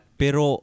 pero